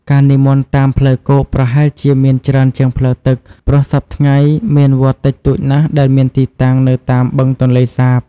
ការនិមន្តតាមផ្លូវគោកប្រហែលជាមានច្រើនជាងផ្លូវទឹក ព្រោះសព្វថ្ងៃមានវត្តតិចតួចណាស់ដែលមានទីតាំងនៅតាមបឹងទន្លេសាប។